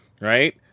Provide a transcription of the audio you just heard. right